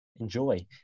enjoy